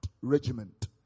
regiment